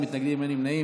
אין מתנגדים ואין נמנעים.